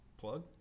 Plug